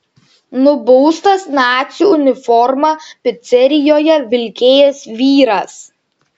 nubaustas nacių uniformą picerijoje vilkėjęs vyras